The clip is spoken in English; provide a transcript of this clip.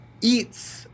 eats